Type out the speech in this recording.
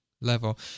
level